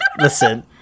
Listen